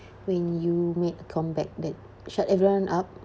when you make a comeback that shut everyone up